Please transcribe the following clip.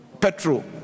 petrol